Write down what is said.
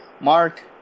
Mark